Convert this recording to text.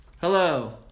Hello